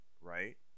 right